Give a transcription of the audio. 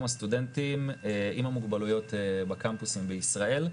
הסטודנטים עם המוגבלויות בקמפוסים בישראל,